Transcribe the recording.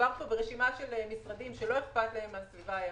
מדובר פה ברשימה של משרדים שלא אכפת להם מהסביבה הימית.